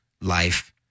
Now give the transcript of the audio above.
life